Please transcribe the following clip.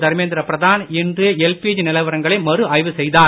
தர்மேந்திர பிரதான் இன்று எல்பிஜி நிலவரங்களை மறு ஆய்வு செய்தார்